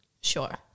sure